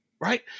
right